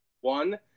one